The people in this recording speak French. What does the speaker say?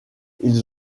ils